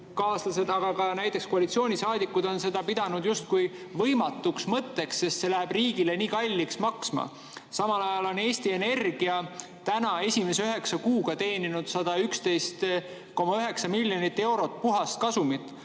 aga ka koalitsioonisaadikud – on seda pidanud justkui võimatuks mõtteks, sest see läheb riigile nii kalliks maksma. Samal ajal on Eesti Energia selle aasta esimese üheksa kuuga teeninud 111,9 miljonit eurot puhaskasumit.